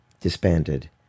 disbanded